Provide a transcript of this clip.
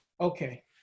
Okay